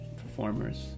performers